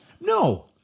No